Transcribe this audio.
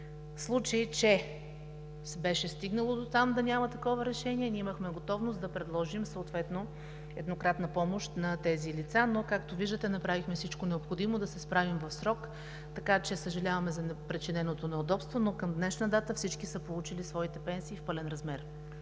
В случай че се беше стигнало дотам да няма такова решение, ние имахме готовност да предложим съответно еднократна помощ на тези лица, но, както виждате, направихме всичко необходимо да се справим в срок, така че съжаляваме за причиненото неудобство, но към днешна дата всички са получили своите пенсии в пълен размер.